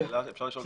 אפשר שאלה?